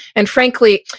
and frankly,